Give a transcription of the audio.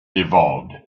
evolved